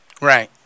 Right